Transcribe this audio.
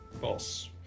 False